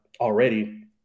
already